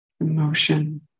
Emotion